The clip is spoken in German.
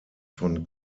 von